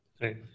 Right